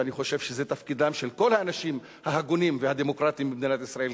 ואני חושב שזה תפקידם של כל האנשים ההגונים והדמוקרטים במדינת ישראל,